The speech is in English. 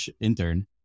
intern